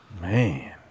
Man